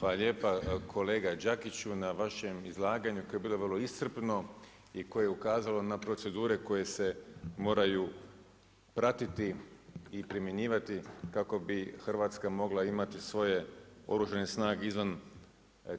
Hvala lijepa kolega Đakiću, na vašem izlaganju koje je bilo vrlo iscrpno i koje je ukazalo na procedure koje se moraju pratiti i primjenjivati kako bi Hrvatska mogla imati svoje Oružane snage izvan